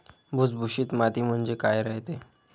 भुसभुशीत माती म्हणजे काय रायते?